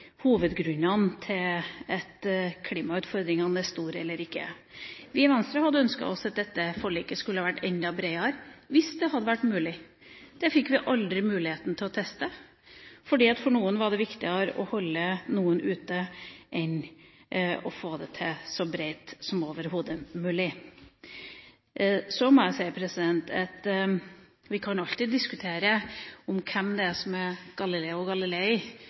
hovedgrunnene til klimautfordringene. Vi i Venstre hadde ønsket at dette forliket hadde vært enda breiere, hvis det hadde vært mulig. Det fikk vi aldri muligheten til å teste, fordi det for noen var viktigere å holde andre ute enn å få det til så breit som overhodet mulig. Så må jeg si at vi alltid kan diskutere hvem det er som er Galileo Galilei, som kjempet for ny kunnskap mot gammel tradisjon, og